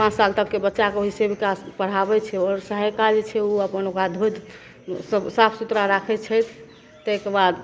पाँच साल तकके बच्चाकेँ ओहि सेविका पढ़ाबै छै आओर सहायिका जे छै ओ अपन ओकरा धोइ सब साफ सुथरा राखै छै ताहिके बाद